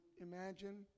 imagine